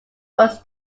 was